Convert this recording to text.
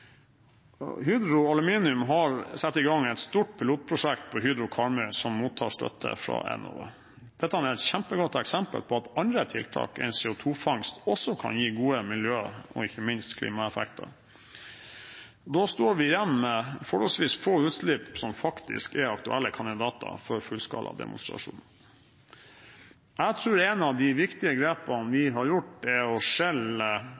Hydro Aluminium har satt i gang et stort pilotprosjekt på Hydro Karmøy som mottar støtte fra Enova. Dette er et kjempegodt eksempel på at andre tiltak enn CO2-fangst også kan gi gode miljø- og ikke minst klimaeffekter. Da står vi igjen med forholdsvis få utslipp som faktisk er aktuelle kandidater for fullskala demonstrasjon. Jeg tror et av de viktige grepene vi har gjort, er å